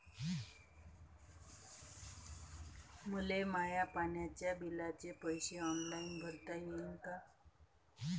मले माया पाण्याच्या बिलाचे पैसे ऑनलाईन भरता येईन का?